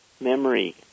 memory